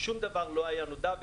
שום דבר לא היה נודע,